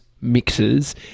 mixes